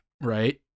right